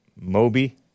Moby